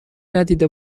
ندیده